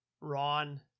Ron